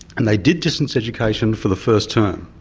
and they did distance education for the first term.